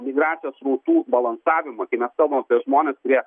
migracijos srautų balansavimą kai mes kalbam apie žmones kurie